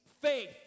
Faith